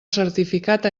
certificat